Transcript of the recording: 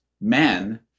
men